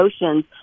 emotions